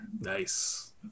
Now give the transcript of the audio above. nice